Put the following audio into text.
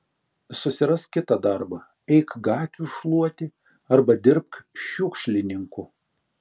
susirask kitą darbą eik gatvių šluoti arba dirbk šiukšlininku